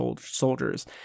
soldiers